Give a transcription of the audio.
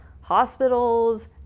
hospitals